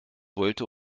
wollte